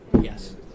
Yes